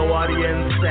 audience